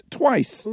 twice